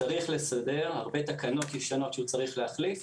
צריך לסדר, הרבה תקנות ישנות שהוא צריך להחליף,